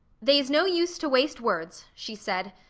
they's no use to waste words, she said.